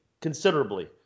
considerably